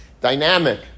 dynamic